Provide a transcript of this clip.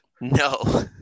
No